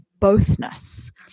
bothness